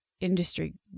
industry